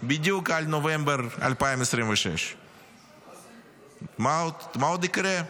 בדיוק עד נובמבר 2026. מה עוד יקרה?